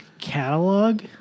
catalog